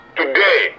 today